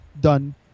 done